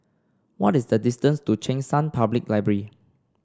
what is the distance to Cheng San Public Library